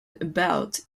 about